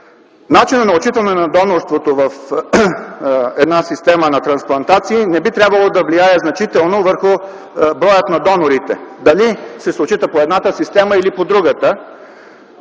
Начинът на отчитане на донорството в една система на трансплантации не би трябвало да влияе значително върху броя на донорите. Дали ще се отчита по едната или по другата